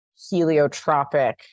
heliotropic